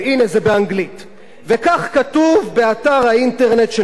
וכך כתוב באתר האינטרנט של משרד החוץ הישראלי: